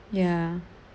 ya